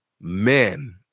men